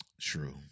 True